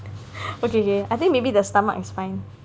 okay kay I think maybe the stomach is fine